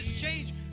change